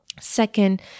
second